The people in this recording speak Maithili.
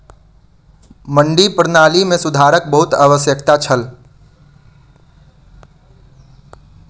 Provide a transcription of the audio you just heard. मंडी प्रणाली मे सुधारक बहुत आवश्यकता छल